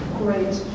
great